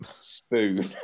spoon